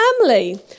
family